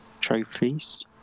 trophies